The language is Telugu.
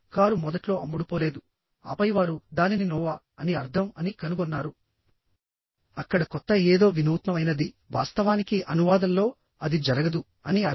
కారు మొదట్లో అమ్ముడుపోలేదు ఆపై వారు దానిని నోవా అని అర్థం అని కనుగొన్నారు అక్కడ కొత్త ఏదో వినూత్నమైనది వాస్తవానికి అనువాదంలో అది జరగదు అని అర్థం